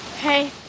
Hey